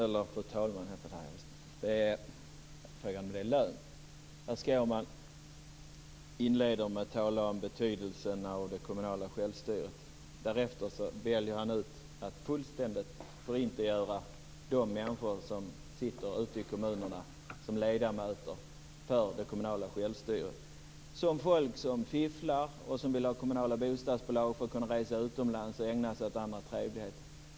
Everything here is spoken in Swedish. Fru talman! Skårman inleder med att tala om betydelsen av det kommunala skattestyret. Därefter väljer han att fullständigt tillintetgöra de människor som sitter ute i kommunerna som ledamöter i det kommunala självstyret och beskriva dem som folk som fifflar och som vill ha kommunala bostadsföretag för att kunna resa utomlands och ägna sig åt andra trevligheter.